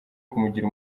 kumugira